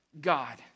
God